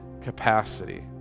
capacity